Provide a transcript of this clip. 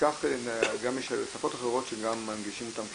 יש שפות אחרות שגם מנגישים אותן,